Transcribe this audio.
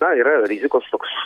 na yra rizikos toks